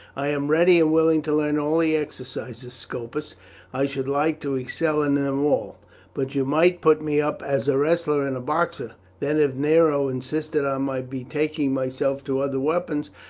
i am ready and willing to learn all the exercises, scopus i should like to excel in them all but you might put me up as a wrestler and boxer then if nero insisted on my betaking myself to other weapons,